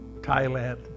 Thailand